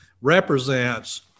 represents